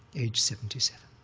age seventy seven,